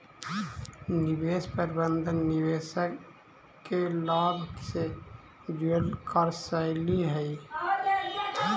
निवेश प्रबंधन निवेशक के लाभ से जुड़ल कार्यशैली हइ